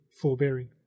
forbearing